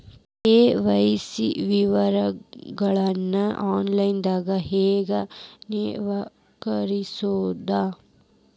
KYC ವಿವರಗಳನ್ನ ಆನ್ಲೈನ್ಯಾಗ ಹೆಂಗ ನವೇಕರಿಸೋದ